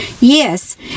Yes